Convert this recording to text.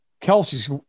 Kelsey's